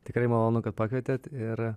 tikrai malonu kad pakvietėt ir